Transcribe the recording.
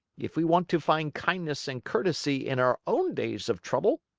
if we want to find kindness and courtesy in our own days of trouble.